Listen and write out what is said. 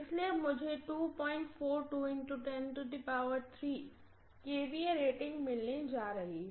इसलिए मुझे kVA rating मिलने जा रहा है